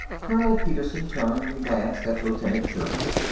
colonel petersen turned and glanced at lieutenant jervis.